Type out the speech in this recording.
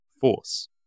force